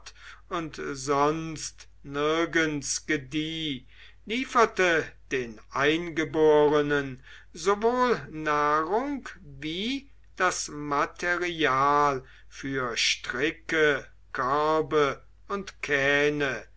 und sonst nirgends gedieh lieferte den eingeborenen sowohl nahrung wie das material für stricke körbe und kähne